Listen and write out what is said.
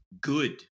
good